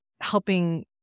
helping